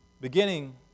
beginning